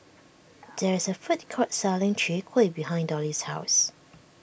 there is a food court selling Chwee Kueh behind Dolly's house